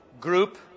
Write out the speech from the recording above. group